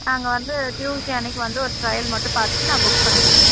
நாங்கள் வந்து ட்யூஸ்டே அன்னைக்கு வந்து ஒரு ட்ரையல் மட்டும் பார்த்துட்டு நான் புக் பண்ணிடுறேன்